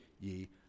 ye